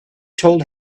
told